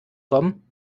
kommen